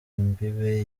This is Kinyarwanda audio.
imbibe